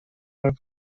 were